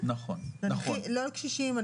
לקשישים לא לקשישים,